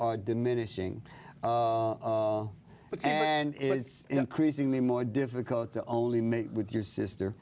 are diminishing and it's increasingly more difficult to only mate with your sister